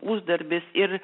uždarbis ir